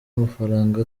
amafaranga